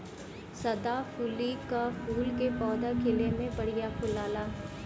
सदाफुली कअ फूल के पौधा खिले में बढ़िया फुलाला